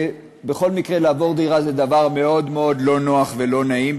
בכל מקרה לעבור דירה זה דבר מאוד מאוד לא נוח ולא נעים,